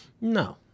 No